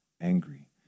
angry